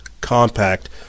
compact